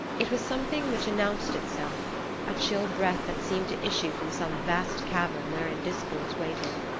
it was something which announced itself a chill breath that seemed to issue from some vast cavern wherein discords waited.